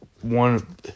One